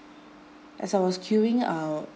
as I was queuing I